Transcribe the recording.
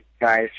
guys